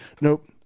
Nope